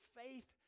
faith